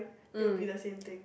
you'll be the same thing